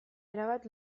erabat